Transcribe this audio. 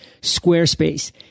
Squarespace